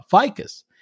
ficus